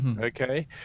Okay